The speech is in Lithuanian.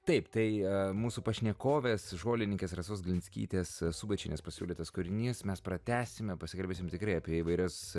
taip tai mūsų pašnekovės žolininkės rasos glinskytės subačienės pasiūlytas kūrinys mes pratęsime pasikalbėsim tikrai apie įvairias